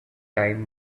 time